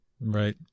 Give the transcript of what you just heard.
Right